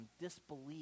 disbelief